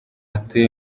ati